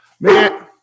man